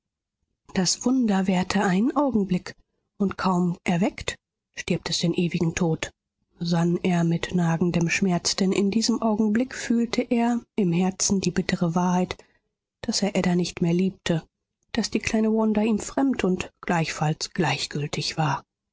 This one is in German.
das wunder währte einen augenblick und kaum erweckt stirbt es den ewigen tod sann er mit nagendem schmerz denn in diesem augenblick fühlte er im herzen die bittere wahrheit daß er ada nicht mehr liebte daß die kleine wanda ihm fremd und gleichfalls gleichgültig war